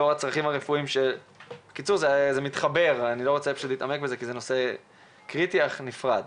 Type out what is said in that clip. לא אתעמק בזה, זה נושא קריטי אך נפרד.